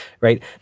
right